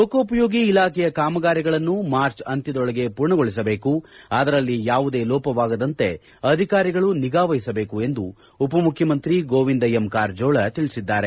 ಲೋಕೋಪಯೋಗಿ ಇಲಾಖೆಯ ಕಾಮಗಾರಿಗಳನ್ನು ಮಾರ್ಚ್ ಅಂತ್ಯದೊಳಗೆ ಪೂರ್ಣಗೊಳಿಸಬೇಕು ಅದರಲ್ಲಿ ಕಾಮಗಾರಿಗಳಲ್ಲಿ ಯಾವುದೇ ಲೋಪವಾಗದಂತೆ ಅಧಿಕಾರಿಗಳು ನಿಗಾವಹಿಸಬೇಕು ಎಂದು ಉಪಮುಖ್ಯಮಂತ್ರಿ ಗೋವಿಂದ ಎಂ ಕಾರಜೋಳ ಸೂಚಿಸಿದ್ದಾರೆ